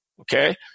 okay